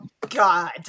God